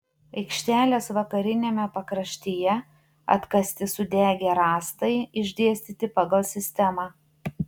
aikštelės vakariniame pakraštyje atkasti sudegę rąstai išdėstyti pagal sistemą